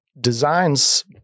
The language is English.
designs